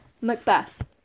Macbeth